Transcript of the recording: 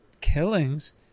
killings